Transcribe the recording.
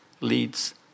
leads